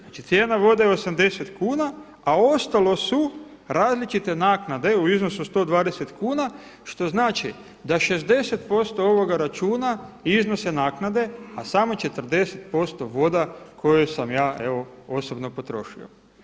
Znači cijena vode je 80 kuna, a ostalo su različite naknade u iznosu od 120 kuna što znači da 60% ovoga računa iznose naknade a samo 40% voda koju sam ja evo osobno potrošio.